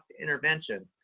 intervention